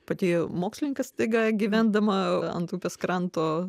pati mokslininkė staiga gyvendama ant upės kranto